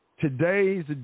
Today's